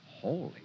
Holy